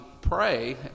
pray